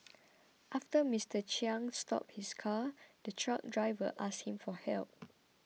after Mister Chiang stopped his car the truck driver asked him for help